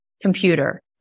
Computer